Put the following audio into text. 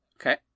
Okay